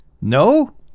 No